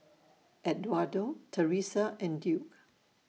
Edwardo Teressa and Duke